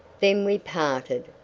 then we parted,